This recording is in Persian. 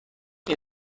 این